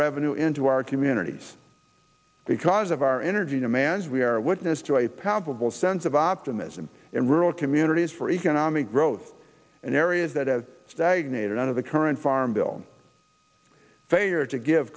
revenue into our communities because of our energy demands we are witness to a palpable sense of optimism in rural communities for economic growth in areas that have stagnated under the current farm bill failure to give